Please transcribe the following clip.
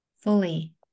fully